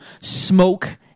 Smoke